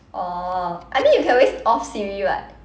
oh I mean you can always off siri [what]